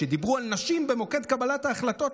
כשדיברו על נשים במוקד קבלת ההחלטות,